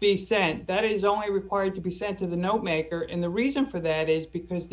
be sent that it is only required to be sent to the note maker and the reason for that is because